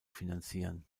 finanzieren